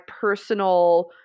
personal